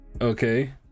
okay